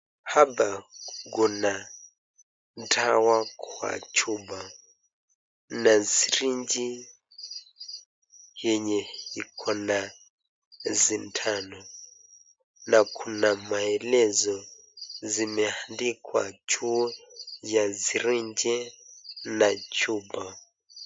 Hapa kuna dawa kwa chupa na srinji yenye iko na sindano na kuna maelezo zimeandikwa juu ya srinji na chupa.